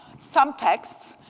some text,